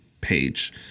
page